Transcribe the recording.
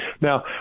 Now